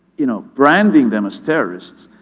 you know branding them as terrorists,